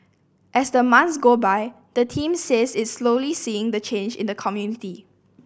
as the months go by the team says it is slowly seeing change in the community